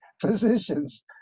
physicians